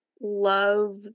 love